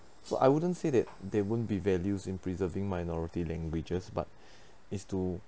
so I wouldn't say that there won't be values in preserving minority languages but is to